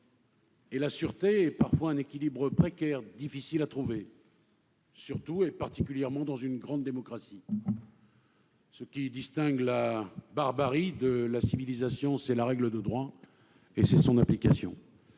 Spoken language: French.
et la sûreté est parfois précaire et souvent difficile à trouver, en particulier dans une grande démocratie. Ce qui distingue la barbarie de la civilisation, c'est la règle de droit et son application.